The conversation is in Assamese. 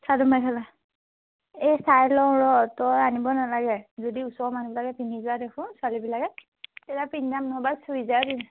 চাদৰ মেখেলা এই চাই লওঁ ৰ তই আনিব নেলাগে যদি ওচৰৰ মানুহবিলাকে পিন্ধি যোৱা দেখোঁ ছোৱালীবিলাকে তেতিয়া পিন্ধি যাম নহবা চুৰিদাৰে পিন্ধ